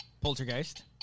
Poltergeist